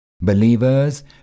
Believers